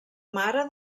mare